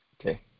Okay